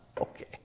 Okay